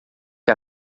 que